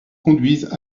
conduisent